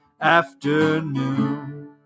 afternoon